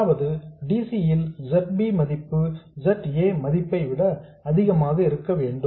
அதாவது dc ல் Z b மதிப்பு Z a மதிப்பை விட அதிகமாக இருக்க வேண்டும்